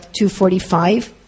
245